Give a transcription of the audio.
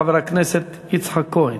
חבר הכנסת יצחק כהן.